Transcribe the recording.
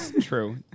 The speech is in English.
true